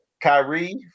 Kyrie